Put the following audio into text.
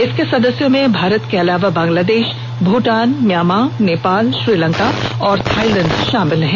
इसके सदस्यों में भारत के अलावा बंगलादेश भूटान म्यामां नेपाल श्रीलंका और थाईलैंड शामिल हैं